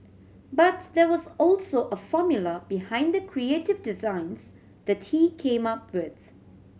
but there was also a formula behind the creative designs that he came up with